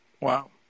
Wow